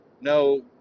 no